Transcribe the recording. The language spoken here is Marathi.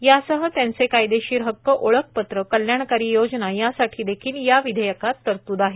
यासह त्यांचे कायदेशीर हक्क ओळख पत्र कल्याणकारी योजना यासाठी देखील या विधेयकात तरतूद आहे